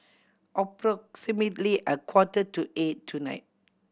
approximately a quarter to eight tonight